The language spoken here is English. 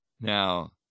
now